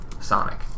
Sonic